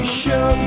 show